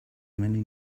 many